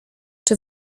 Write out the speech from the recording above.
czy